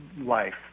life